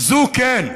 וזו, כן,